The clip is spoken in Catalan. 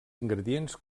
ingredients